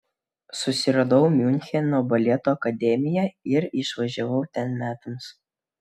susiradau miuncheno baleto akademiją ir išvažiavau ten metams